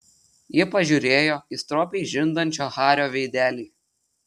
ji pažiūrėjo į stropiai žindančio hario veidelį